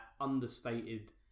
understated